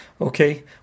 Okay